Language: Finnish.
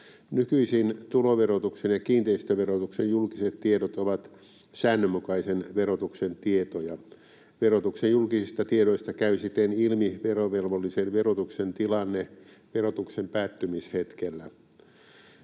Nykyisin tuloverotuksen ja kiinteistöverotuksen julkiset tiedot ovat säännönmukaisen verotuksen tietoja. Verotuksen julkisista tiedoista käy siten ilmi verovelvollisen verotuksen tilanne verotuksen päättymishetkellä.